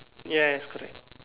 yes correct